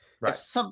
Right